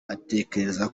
atekereza